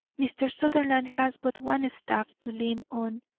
mr. sutherland has but one staff to lean on,